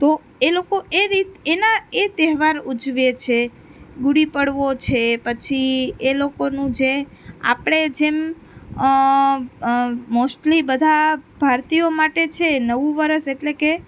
તો એ લોકો એ રીત એનાં એ તહેવાર ઉજવે છે ગુડી પડવો છે પછી એ લોકોનું જે આપણે જેમ મોશ્ટલી બધા ભારતીઓ માટે છે નવું વર્ષ એટલે કે